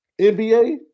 NBA